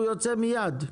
הוא יוצא מייד,